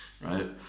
right